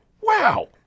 wow